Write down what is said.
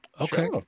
Okay